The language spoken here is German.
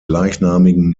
gleichnamigen